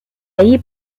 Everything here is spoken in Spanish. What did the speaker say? ahí